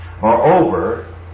moreover